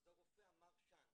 אז הרופא אמר: שאנט.